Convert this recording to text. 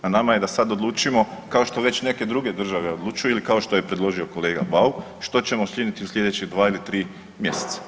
Na nama je da sada odlučimo kao što već neke druge države odlučuju ili kao što je predložio kolega Bauk što ćemo učiniti u slijedeće 2 ili 3 mjeseca.